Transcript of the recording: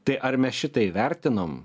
tai ar mes šitą įvertinom